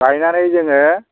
गायनानै जोङो